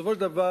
בסופו של דבר,